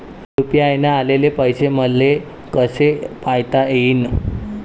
UPI न आलेले पैसे मले कसे पायता येईन?